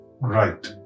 right